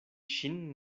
ŝin